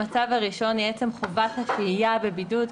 המצב הראשון הוא עצם חובת השהייה בבידוד.